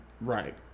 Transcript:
Right